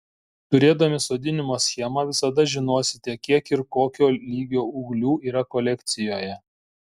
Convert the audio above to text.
turėdami sodinimo schemą visada žinosite kiek ir kokio lygio ūglių yra kolekcijoje